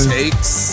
takes